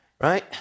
Right